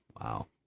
Wow